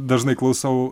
dažnai klausau